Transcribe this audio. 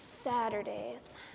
Saturdays